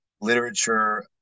literature